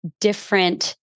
different